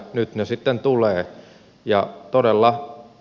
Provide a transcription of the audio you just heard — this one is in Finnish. nyt ne sitten tulevat